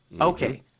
okay